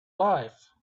life